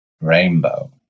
rainbow